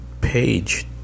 page